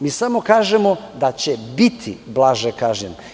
Mi samo kažemo da će biti blaže kažnjen.